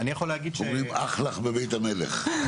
אומרים אח לך בבית המלך.